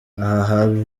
aha